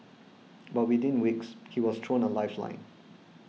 but within weeks he was thrown a lifeline